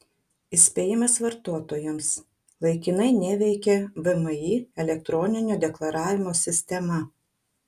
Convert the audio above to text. įspėjimas vartotojams laikinai neveikia vmi elektroninio deklaravimo sistema